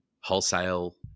wholesale